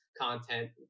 content